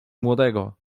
młodego